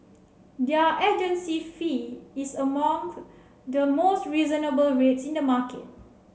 their agency fee is among the most reasonable rates in the market